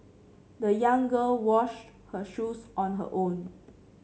the young girl washed her shoes on her own